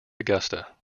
augusta